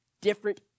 different